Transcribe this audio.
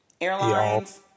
airlines